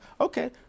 okay